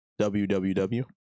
WWW